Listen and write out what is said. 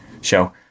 show